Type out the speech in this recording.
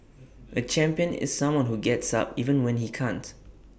A champion is someone who gets up even when he can't